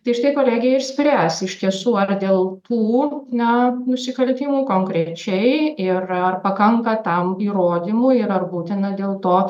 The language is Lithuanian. tai štai kolegija išspręs iš tiesų ar dėl tų na nusikaltimų konkrečiai ir ar pakanka tam įrodymų ir ar būtina dėl to